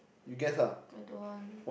I don't want